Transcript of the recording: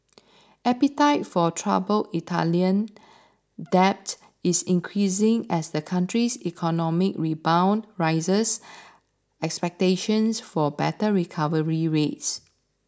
appetite for troubled Italian debt is increasing as the country's economic rebound raises expectations for better recovery rates